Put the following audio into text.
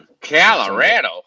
Colorado